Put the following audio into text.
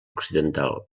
occidentals